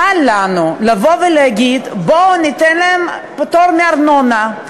קל לנו לבוא ולהגיד: בואו וניתן להם פטור מארנונה.